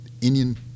Indian